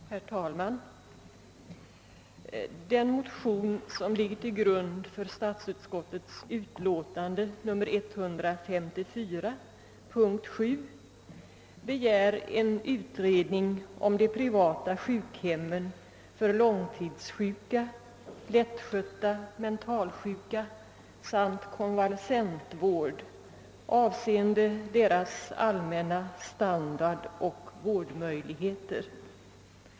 Herr talman! I den motion som ligger till grund för statsutskottets utlåtande nr 154, punkt 7, hemställes om en utredning om de privata sjukhemmen för långtidssjuka, för lättskötta mentalsjuka samt för konvalescentvård avseende deras allmänna standard och vårdmöjligheter.